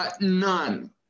None